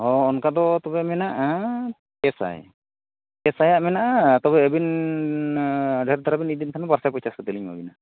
ᱚ ᱚᱱᱠᱟ ᱫᱚ ᱛᱚᱵᱮ ᱢᱮᱱᱟᱜᱼᱟ ᱯᱮ ᱥᱟᱭ ᱯᱮ ᱥᱟᱭᱟᱜ ᱢᱮᱱᱟᱜᱼᱟ ᱛᱚᱵᱮ ᱟᱵᱤᱱ ᱰᱷᱮᱨ ᱫᱷᱟᱨᱟ ᱵᱤᱱ ᱤᱫᱤ ᱞᱮᱠᱷᱟᱱ ᱵᱟᱨᱥᱚ ᱯᱚᱪᱟᱨ ᱠᱟᱛᱮᱫᱞᱤᱧ ᱮᱢᱟ ᱵᱮᱱᱟ